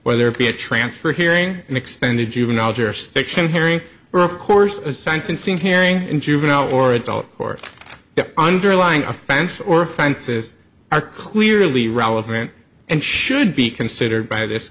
whether it be a transfer hearing an extended juvenile jurisdiction hearing of course a sentencing hearing in juvenile or adult court the underlying offense or offenses are clearly relevant and should be considered by this